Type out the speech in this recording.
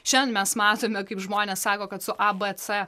šiandien mes matome kaip žmonės sako kad su a b c